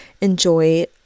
enjoy